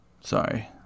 sorry